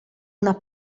una